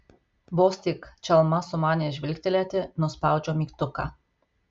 vos tik čalma sumanė žvilgtelėti nuspaudžiau mygtuką